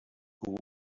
book